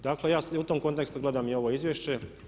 Dakle, ja u tom kontekstu gledam i ovo izvješće.